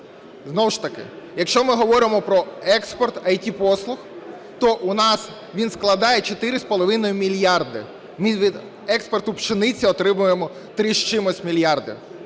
Знову ж таки, якщо ми говоримо про експорт ІТ-послуг, то у нас він складає 4,5 мільярда. Ми від експорту пшениці отримуємо 3 з чимось мільярди.